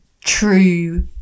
true